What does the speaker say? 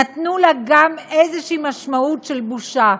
נתנו לה גם איזו משמעות של בושה.